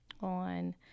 on